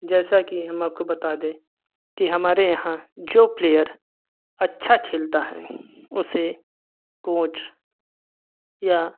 जैसा कि हम आपको बता दें कि हमारे यहाँ जो प्लेयर अच्छा खेलता है उसे कोच या